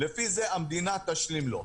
לפי הזה המדינה תשלים לו.